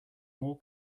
more